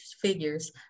figures